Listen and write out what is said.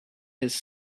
his